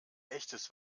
echtes